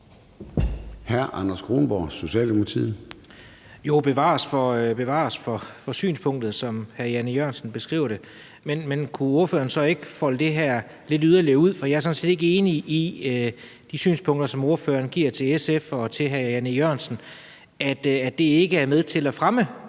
13:59 Anders Kronborg (S): Jo, bevares, det er et synspunkt, som hr. Jan E. Jørgensen beskriver det. Men kunne ordføreren så ikke folde det her lidt yderligere ud? For jeg er sådan set ikke enig i de synspunkter, som ordføreren giver som svar til SF og til hr. Jan E. Jørgensen, altså at det ikke er med til at fremme